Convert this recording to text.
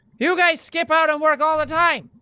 you guys skip out on work all the time!